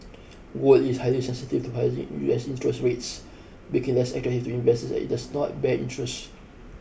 word is highly sensitive to U S interest rates because less attractive to investors as it does not bear interest